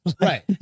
Right